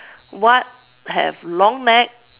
what have long neck